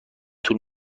طول